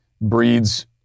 breeds